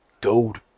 gold